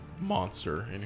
monster